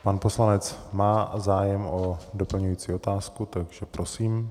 Pan poslanec má zájem o doplňující otázku, takže prosím.